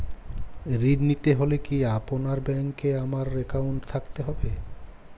ঋণ নিতে হলে কি আপনার ব্যাংক এ আমার অ্যাকাউন্ট থাকতে হবে?